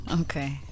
okay